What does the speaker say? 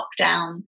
lockdown